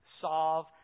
solve